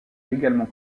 également